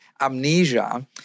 amnesia